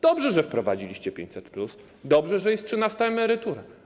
Dobrze, że wprowadziliście 500+, dobrze, że jest trzynasta emerytura.